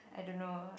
I don't know